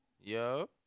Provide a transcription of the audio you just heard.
Yo